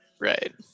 right